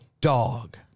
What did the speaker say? dog